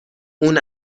اون